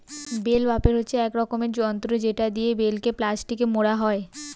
bell বাপের হচ্ছে এক রকমের যন্ত্র যেটা দিয়ে বেলকে প্লাস্টিকে মোড়া হয়